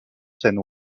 seine